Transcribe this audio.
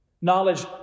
Knowledge